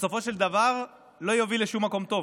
בסופו של דבר לא יוביל לשום מקום טוב,